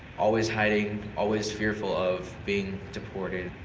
always hiding, always fearful of being deported.